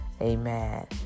amen